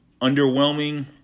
underwhelming